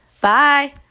Bye